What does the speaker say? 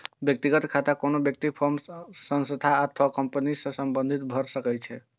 व्यक्तिगत खाता कोनो व्यक्ति, फर्म, संस्था अथवा कंपनी सं संबंधित भए सकै छै